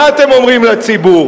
מה אתם אומרים לציבור?